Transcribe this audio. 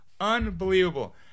Unbelievable